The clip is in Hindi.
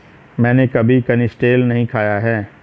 मैंने कभी कनिस्टेल नहीं खाया है